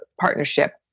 partnership